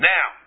Now